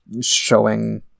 showing